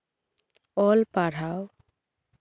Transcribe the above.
ᱚᱞ ᱯᱟᱲᱦᱟᱣ